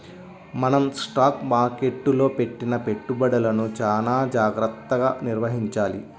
మనం స్టాక్ మార్కెట్టులో పెట్టిన పెట్టుబడులను చానా జాగర్తగా నిర్వహించాలి